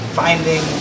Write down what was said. finding